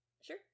sure